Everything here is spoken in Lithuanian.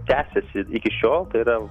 tęsiasi iki šiol tai yra